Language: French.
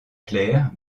claire